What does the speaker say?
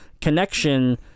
connection